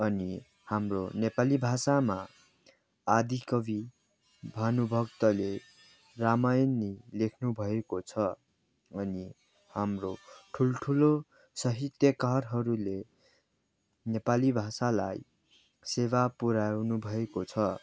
अनि हाम्रो नेपाली भाषामा आदिकवि भानुभक्तले रामायण नि लेख्नु भएको छ अनि हाम्रो ठूल्ठूलो सहित्यकारहरूले नेपाली भाषालाई सेवा पुऱ्याउनु भएको छ